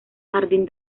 jardín